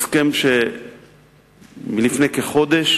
הסכם לפני כחודש